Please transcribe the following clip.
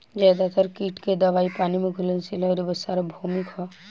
ज्यादातर कीट के दवाई पानी में घुलनशील आउर सार्वभौमिक ह?